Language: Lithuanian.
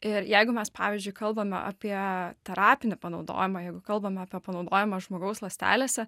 ir jeigu mes pavyzdžiui kalbame apie terapinį panaudojimą jeigu kalbame apie panaudojimą žmogaus ląstelėse